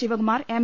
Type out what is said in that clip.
Shivakumar M